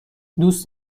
دوست